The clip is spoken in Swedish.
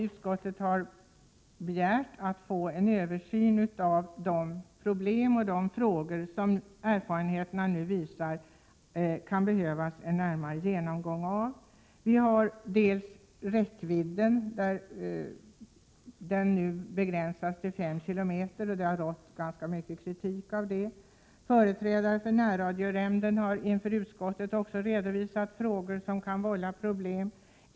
Utskottet har begärt att få en översyn över de problem och de frågor som det, enligt vad erfarenheten visat, kan behövas en närmare genomgång av. Det gäller bl.a. räckvidden, som nu begränsas till 5 km, vilket det framförts rätt mycket kritik mot. Företrädare för närradionämnden har inför utskottet också redovisat olika problem.